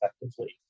effectively